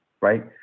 right